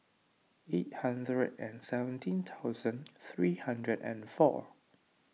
eight hundred and seventeen thousand three hundred and four